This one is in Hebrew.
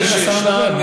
תני לשר לדבר,